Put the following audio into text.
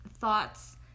thoughts